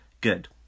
good